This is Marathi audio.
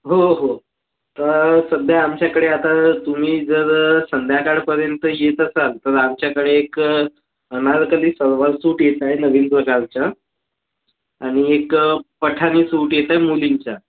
हो हो तर सध्या आमच्याकडे आता तुम्ही जर संध्याकाळपर्यंत येत असाल तर आमच्याकडे एक अनारकली सलवार सूट येत आहे नवीन प्रकारचा आणि एक पठाणी सूट येत आहे मुलींचा